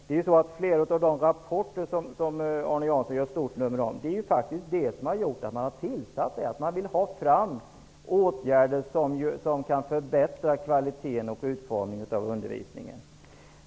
De rapporter som Arne Jansson gör stort nummer av är just det som har gjort att man har tillsatt utredningen: Man vill ha fram åtgärder som kan förbättra kvaliteten på och utformningen av undervisningen.